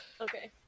Okay